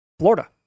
Florida